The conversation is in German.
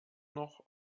noch